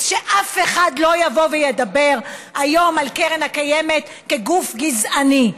אז שאף אחד לא יבוא וידבר היום על קרן קיימת כגוף גזעני.